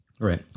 Right